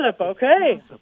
okay